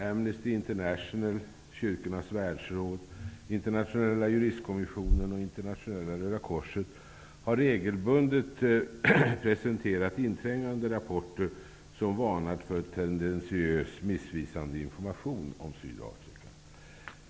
Amnesty international, Kyrkornas världsråd, Internationella juristkommissionen och Internationella röda korset har regelbundet presenterat inträngande rapporter som varnat för tendentiös missvisande information om Sydafrika.